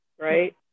right